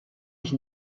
ich